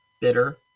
bitter